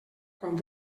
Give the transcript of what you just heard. quan